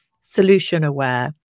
solution-aware